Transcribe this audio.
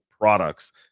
products